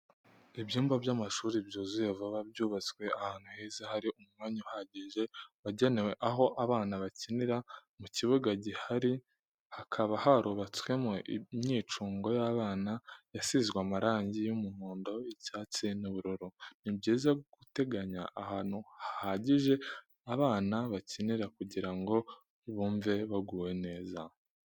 Ibyumba by'amashuri byuzuye vuba byubatswe ahantu heza hari umwanya uhagije wagenewe aho abana bakinira mu kibuga gihari hakaba harubatswemo imyicungo y'abana yasizwe amarangi y'umuhondo, icyatsi n'ubururu. Ni byiza guteganya ahantu hahagije abana bakinira kugira ngo bumwe baguwe neza.